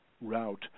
route